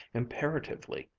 imperatively.